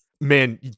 Man